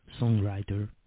songwriter